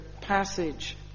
passage